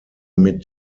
mit